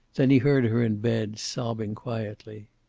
then he heard her in bed, sobbing quietly.